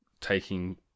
taking